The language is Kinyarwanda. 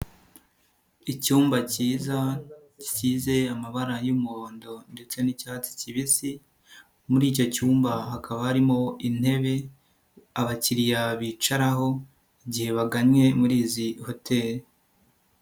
Icyumba kiza gisize amabara y'umuhondo ndetse n'icyatsi kibisi, muri icyo cyumba hakaba harimo intebe abakiriya bicaraho igihe bagannye muri izi hoteli.